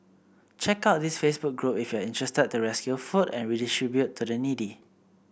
check out this Facebook group if you interested to rescue food and redistribute to the needy